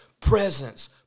presence